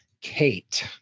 Kate